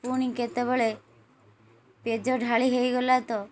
ପୁଣି କେତେବେଳେ ପେଜ ଢାଳି ହେଇଗଲା ତ